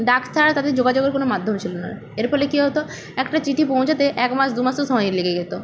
ডাক ছাড়া তাদের যোগাযোগের কোনো মাধ্যম ছিল না এর ফলে কী হতো একটা চিঠি পৌঁছাতে এক মাস দু মাসও সময় লেগে যেত